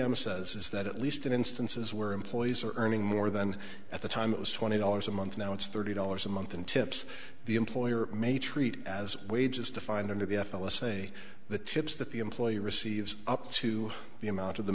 is that at least in instances where employees are earning more than at the time it was twenty dollars a month now it's thirty dollars a month and tips the employer may treat as wages to find under the f l s say the tips that the employee receives up to the amount of the